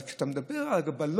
אבל כשאתה מדבר על הגבלות